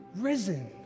risen